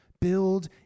Build